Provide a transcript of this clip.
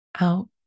out